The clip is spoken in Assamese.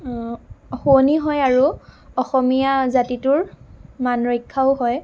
শুৱনি হয় আৰু অসমীয়া জাতিটোৰ মান ৰক্ষাও হয়